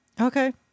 Okay